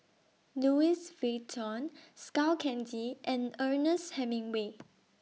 Louis Vuitton Skull Candy and Ernest Hemingway